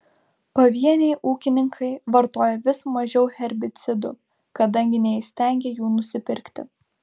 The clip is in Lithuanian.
pavieniai ūkininkai vartoja vis mažiau herbicidų kadangi neįstengia jų nusipirkti